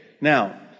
now